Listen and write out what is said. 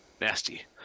Nasty